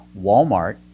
walmart